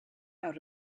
out